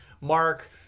Mark